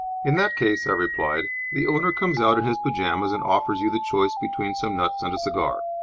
in that case, i replied, the owner comes out in his pyjamas and offers you the choice between some nuts and a cigar.